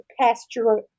pasture